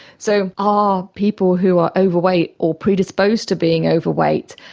so are people who are overweight or predisposed to being overweight,